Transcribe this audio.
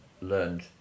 learned